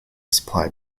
supply